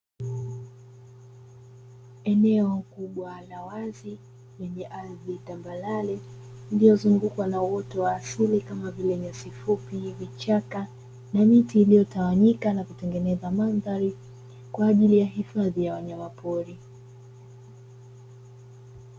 Eneo kubwa la wazi lenye ardhi tambalale ndiyo mzunguko na wote wa asili kama vimesifupi vichaka na miti iliyotawanyika na kutengeneza mandhari kwa ajili ya hesabu ya wanyamapori.